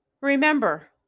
Remember